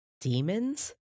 Demons